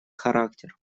характер